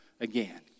again